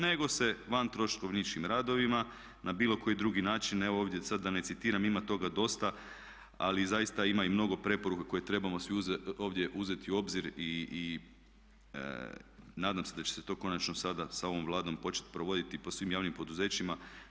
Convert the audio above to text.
Nego se van troškovničkim radovima na bilo koji drugi način evo ovdje sad da ne citiram ima toga dosta ali zaista ima i mnogo preporuka koje trebamo svi ovdje uzeti u obzir i nadam se da će se to konačno sada sa ovom Vladom početi provoditi po svim javnim poduzećima.